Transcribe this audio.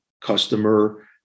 customer